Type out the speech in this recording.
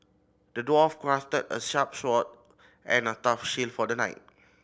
the dwarf crafted a sharp sword and a tough shield for the knight